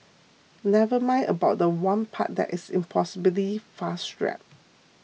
never mind about the one part that is impossibly fast rap